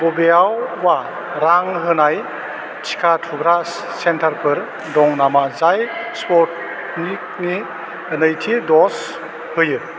बबेयावबा रां होनाय टिका थुग्रा सेन्टारफोर दं नामा जाय स्पटनिकनि नैथि दज होयो